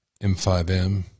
M5M